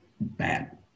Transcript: bad